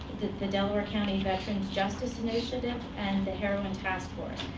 the delaware county veteran's justice initiative, and the heroin task force.